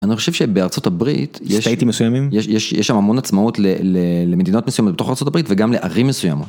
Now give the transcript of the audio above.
אני חושב שבארה״ב, סטייטים מסוימים? יש שם המון עצמאות למדינות מסוימות בתוך ארה״ב וגם לערים מסוימות.